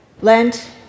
Lent